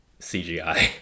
cgi